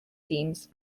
teams